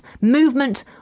movement